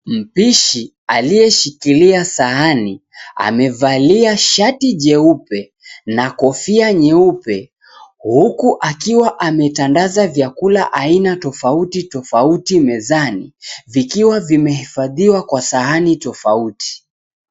Mpishi aliyeshikilia sahani ,amevalia shati jeupe na kofia nyeupe huku akiwa ametandaza vyakula aina tofauti tofauti mezani ,vikiwa vimehifadhiwa kwa sahani tofauti.